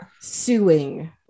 suing